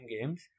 games